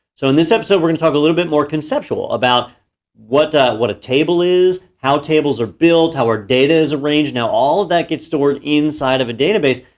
so in this episode, we're gonna talk a little bit more conceptual about what what a table is, how tables are built, how our data is arranged. now, all of that gets stored inside of a database.